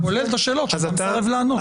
כולל השאלות שאתה מסרב לענות.